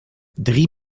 drie